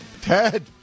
Ted